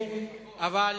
אבל,